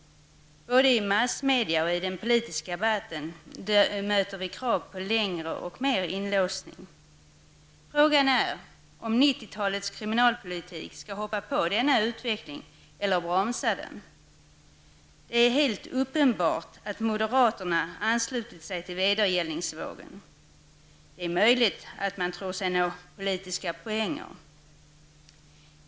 Både i massmedia och i den politiska debatten möter vi krav på längre och mer inlåsning. Frågan är om 1990-talets kriminalpolitik skall hoppa på denna utveckling eller bromsa den. Det är helt uppenbart att moderaterna har anslutit sig till vedergällningsvågen -- det är möjligt att man på det sättet tror sig nå politiska poänger.